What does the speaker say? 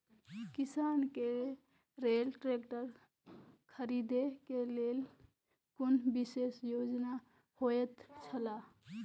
किसान के लेल ट्रैक्टर खरीदे के लेल कुनु विशेष योजना होयत छला?